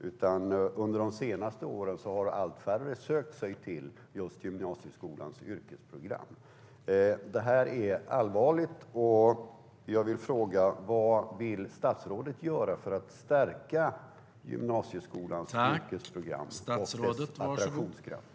Under de senaste åren har allt färre sökt sig till gymnasieskolans yrkesprogram, vilket är allvarligt. Vad vill statsrådet göra för att stärka gymnasieskolans yrkesprogram och dess attraktionskraft?